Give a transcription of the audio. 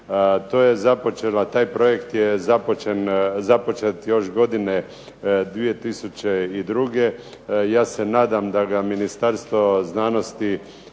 taj projekt je započet još godine 2002., ja se nadam da ga Ministarstvo znanosti